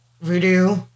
voodoo